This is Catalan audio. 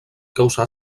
causar